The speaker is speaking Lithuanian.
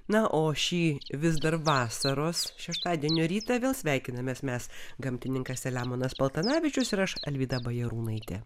na o šį vis dar vasaros šeštadienio rytą vėl sveikinamės mes gamtininkas selemonas paltanavičius ir aš alvyda bajarūnaitė